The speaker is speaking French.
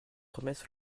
promesse